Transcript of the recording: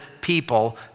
people